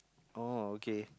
oh okay